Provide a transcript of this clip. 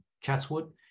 chatswood